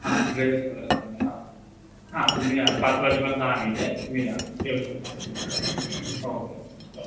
हा ड्रेस वगैरे सगळं हो हा तुम्ही या ना पाच वाजेपर्यंत आहे मी इथे तुम्ही या येऊ शकता कधी ओके ओके हो